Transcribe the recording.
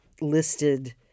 listed